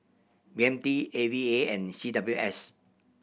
B M T A V A and C W S